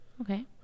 Okay